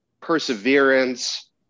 perseverance